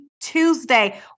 Tuesday